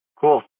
cool